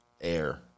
air